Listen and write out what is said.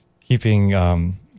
keeping